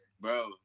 Bro